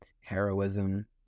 heroism